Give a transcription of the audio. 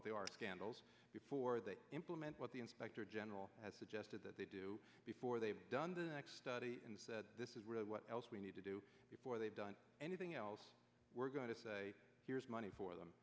what they are scandals before they implement what the inspector general has suggested that they do before they've done the study and said this is really what else we need to do before they've done anything else we're going to say here's money for them